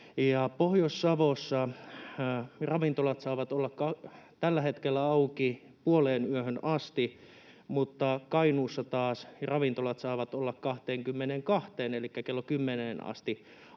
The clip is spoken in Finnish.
Pohjois-Savossa ravintolat saavat olla tällä hetkellä auki puoleenyöhön asti, mutta Kainuussa taas ravintolat saavat olla 22:een elikkä kello